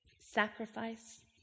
sacrifice